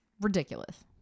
ridiculous